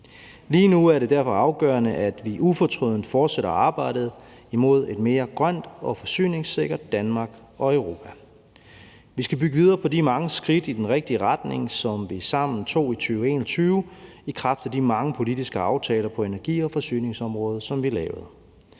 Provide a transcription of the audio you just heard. Lige nu er det derfor afgørende, at vi ufortrødent fortsætter arbejdet imod et mere grønt og forsyningssikkert Danmark og Europa. Vi skal bygge videre på de mange skridt i den rigtige retning, som vi sammen tog i 2021 i kraft af de mange politiske aftaler på energi- og forsyningsområdet, som vi lavede.